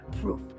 proof